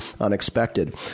unexpected